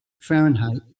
Fahrenheit